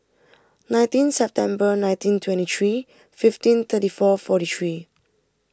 nineteen September nineteen twenty three fifteen thirty four forty three